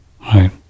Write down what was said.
right